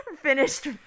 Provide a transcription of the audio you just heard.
finished